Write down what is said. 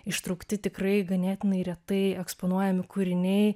ištraukti tikrai ganėtinai retai eksponuojami kūriniai